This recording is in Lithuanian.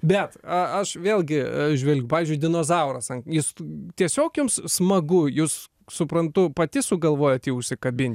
bet a aš vėlgi žvelgiu pavyzdžiui dinozauras ant jūs tiesiog jums smagu jūs suprantu pati sugalvojot jį užsikabinti